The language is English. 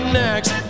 next